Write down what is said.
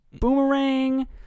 Boomerang